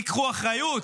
תיקחו אחריות,